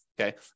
okay